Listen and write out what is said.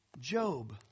Job